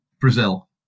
Brazil